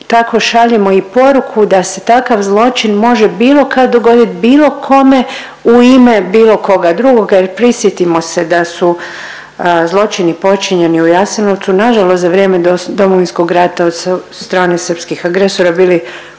tako šaljemo i poruku da se takav zločin može bilo kad dogoditi bilo kome u ime bilo koga drugoga i prisjetimo se da su zločini počinjeni u Jasenovcu nažalost za vrijeme Domovinskog rata od strane srpskih agresora bili